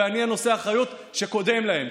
ואני נושא האחריות שקודם להם,